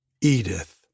Edith